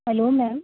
hello ma'am